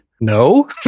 No